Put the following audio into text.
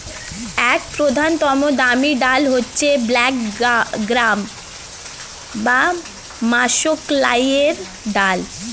এক প্রধানতম দামি ডাল হচ্ছে ব্ল্যাক গ্রাম বা মাষকলাইয়ের ডাল